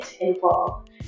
involved